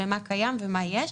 מה קיים ומה יש.